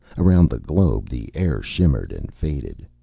around the globe the air shimmered and faded.